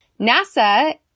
NASA